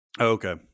okay